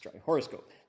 horoscope